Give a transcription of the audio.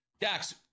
dax